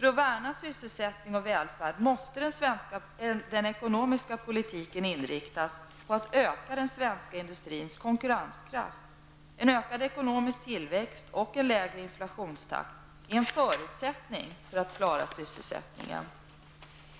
För att värna sysselsättning och välfärd måste den ekonomiska politiken inriktas på att öka den svenska industrins konkurrenskraft. En ökad ekonomisk tillväxt och en lägre inflationstakt är en förutsättning för att klara sysselsättningen.